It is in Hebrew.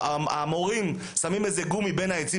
המורים שמים גומי בין העצים.